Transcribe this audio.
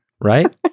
Right